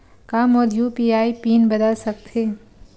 का मोर UPI pin बदल सकथे?